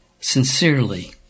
sincerely